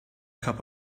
cup